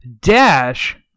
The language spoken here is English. dash